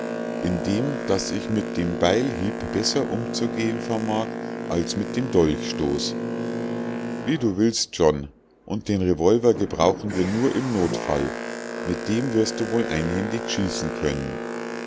indem daß ich mit dem beilhieb besser umzugehen vermag als mit dem dolchstoß wie du willst john und den revolver gebrauchen wir nur im notfall mit dem wirst du wohl einhändig schießen können